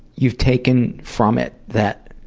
you've taken from it that